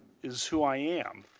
is who i am.